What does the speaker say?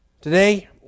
Today